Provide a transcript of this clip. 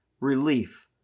relief